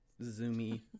zoomy